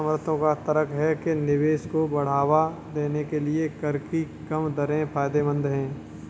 समर्थकों का तर्क है कि निवेश को बढ़ावा देने के लिए कर की कम दरें फायदेमंद हैं